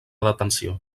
detenció